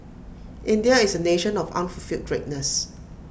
India is A nation of unfulfilled greatness